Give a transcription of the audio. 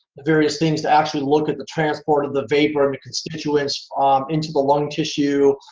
various things to actually look at the transport of the vapor and the constituents um into the lung tissue,